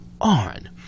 on